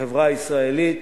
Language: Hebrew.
בחברה הישראלית.